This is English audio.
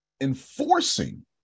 enforcing